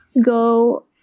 go